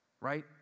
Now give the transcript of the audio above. Right